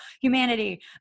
humanity